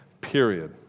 period